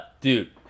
Dude